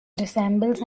resembles